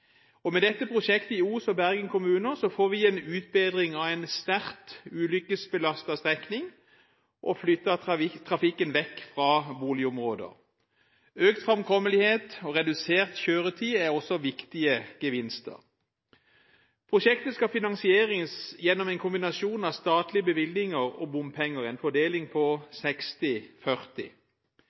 Med dette prosjektet i Os og Bergen kommuner får vi en utbedring av en sterkt ulykkesbelastet strekning og flytter trafikken vekk fra boligområder. Økt framkommelighet og redusert kjøretid er også viktige gevinster. Prosjektet skal finansieres gjennom en kombinasjon av statlige bevilgninger og bompenger – en fordeling på